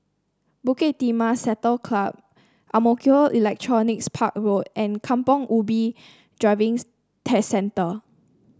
Bukit Timah Saddle Club Ang Mo Kio Electronics Park Road and Kampong Ubi Driving Test Centre